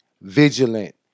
vigilant